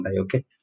okay